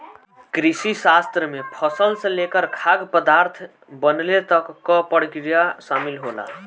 कृषिशास्त्र में फसल से लेकर खाद्य पदार्थ बनले तक कअ प्रक्रिया शामिल होला